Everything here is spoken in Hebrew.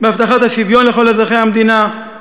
בהבטחת השוויון לכל אזרחי המדינה,